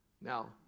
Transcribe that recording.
Now